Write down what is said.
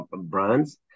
brands